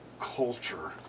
culture